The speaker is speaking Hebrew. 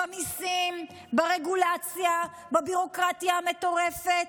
במיסים, ברגולציה, בביורוקרטיה המטורפת.